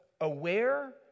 aware